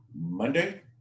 Monday